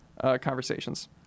conversations